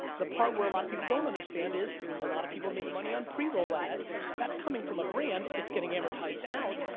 the part where a lot of people don't understand is, a lot of people make money on pre-roll ads, that's coming from a brand, it's getting advertised out,